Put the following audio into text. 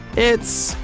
it's.